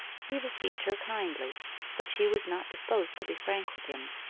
he received her kindly but she was not disposed to be frank with him.